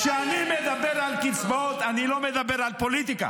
כשאני מדבר על קצבאות, אני לא מדבר על פוליטיקה.